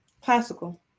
Classical